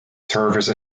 service